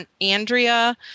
Andrea